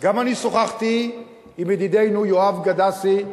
גם אני שוחחתי עם ידידנו יואב גדסי,